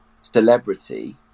celebrity